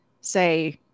say